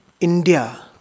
India